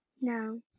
No